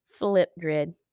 Flipgrid